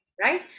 right